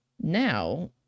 Now